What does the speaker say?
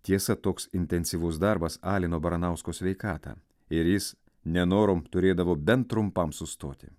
tiesa toks intensyvus darbas alino baranausko sveikatą ir jis nenorom turėdavo bent trumpam sustoti